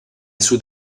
sud